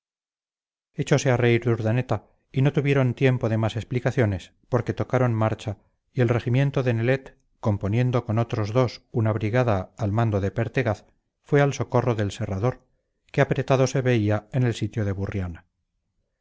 echose a reír urdaneta y no tuvieron tiempo de más explicaciones porque tocaron marcha y el regimiento de nelet componiendo con otros dos una brigada al mando de pertegaz fue al socorro del serrador que apretado se veía en el sitio de burriana